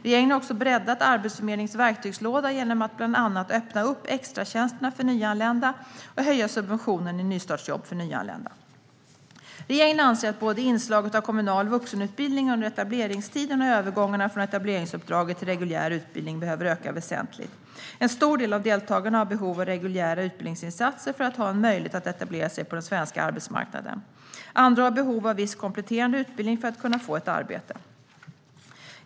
Regeringen har också breddat Arbetsförmedlingens verktygslåda genom att bland annat öppna upp extratjänsterna för nyanlända och höja subventionen i nystartsjobb för nyanlända. Regeringen anser att både inslaget av kommunal vuxenutbildning under etableringstiden och övergångarna från etableringsuppdraget till reguljär utbildning behöver öka väsentligt. En stor del av deltagarna har behov av reguljära utbildningsinsatser för att ha en möjlighet att etablera sig på den svenska arbetsmarknaden. Andra har behov av viss kompletterande utbildning för att kunna få ett arbete.